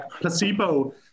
placebo